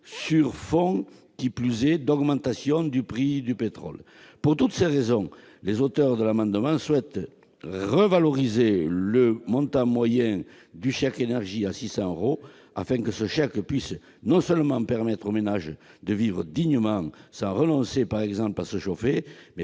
sur fond, qui plus est, d'augmentation des prix du pétrole. Pour toutes ces raisons, les auteurs de l'amendement souhaitent revaloriser le montant moyen du chèque énergie à 600 euros, afin que ce chèque puisse non seulement permettre aux ménages de vivre dignement sans renoncer, par exemple, à se chauffer,